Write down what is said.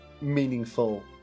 meaningful